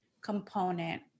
component